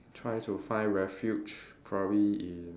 try to find refuge probably in